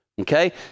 okay